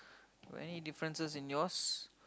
got any differences in yours